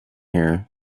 here